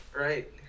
Right